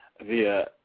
via